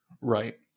Right